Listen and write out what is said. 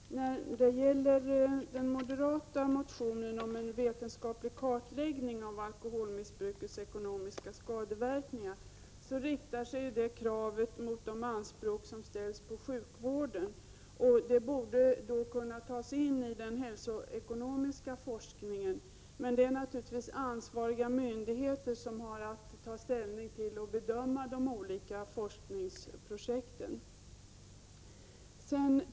Herr talman! När det gäller den moderata motionen om en vetenskaplig kartläggning av alkoholmissbrukets ekonomiska skadeverkningar vill jag säga att dess krav riktar sig mot de anspråk som ställs på sjukvården och borde kunna tas in i den hälsoekonomiska forskningen. Men det är naturligtvis ansvariga myndigheter som har att ta ställning till de olika forskningsprojekten.